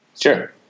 Sure